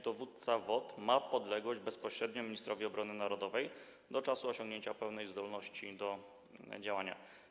Dowódca WOT ma podlegać bezpośrednio ministrowi obrony narodowej do czasu osiągnięcia pełnej zdolności do działania.